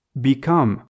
become